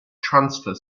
transfer